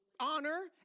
honor